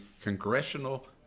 Congressional